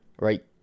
right